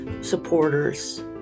supporters